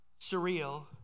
surreal